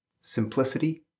simplicity